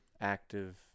active